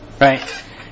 Right